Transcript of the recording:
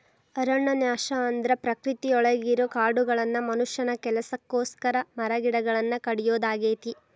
ಅರಣ್ಯನಾಶ ಅಂದ್ರ ಪ್ರಕೃತಿಯೊಳಗಿರೋ ಕಾಡುಗಳನ್ನ ಮನುಷ್ಯನ ಕೆಲಸಕ್ಕೋಸ್ಕರ ಮರಗಿಡಗಳನ್ನ ಕಡಿಯೋದಾಗೇತಿ